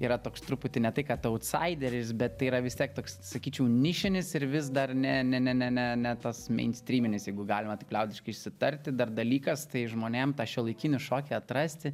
yra toks truputį ne tai kad autsaideris bet tai yra vis tiek toks sakyčiau nišinis ir vis dar ne ne ne ne ne ne tas meinstryminis jeigu galima tik liaudiškai išsitarti dar dalykas tai žmonėm tą šiuolaikinį šokį atrasti